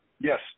Yes